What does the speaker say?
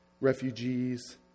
Refugees